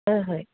হয় হয়